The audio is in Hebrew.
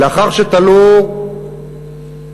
לאחר שתלו שניים